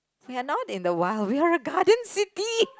we're not in the wild we are a garden city